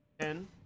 ten